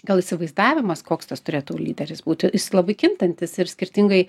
gal įsivaizdavimas koks tas turėtų lyderis būti jis labai kintantis ir skirtingai